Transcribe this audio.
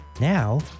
Now